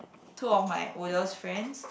two of my oldest friends